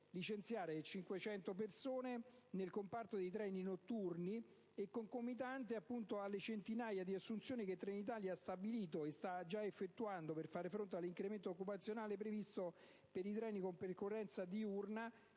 licenziare 500 persone nel comparto dei treni notturni, in concomitanza con le centinaia di assunzioni che la stessa Trenitalia ha stabilito e sta già effettuando per fare fronte all'incremento occupazionale previsto per i treni con percorrenza diurna: